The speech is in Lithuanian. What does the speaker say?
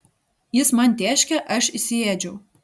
jis man tėškė kad įsiėdžiau